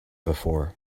before